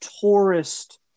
tourist